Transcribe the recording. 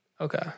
okay